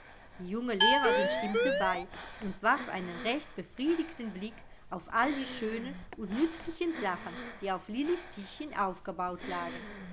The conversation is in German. die junge lehrerin stimmte bei und warf einen recht befriedigten blick auf all die schönen und nützlichen sachen die auf lillis tischchen aufgebaut lagen